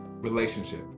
Relationship